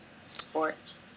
sport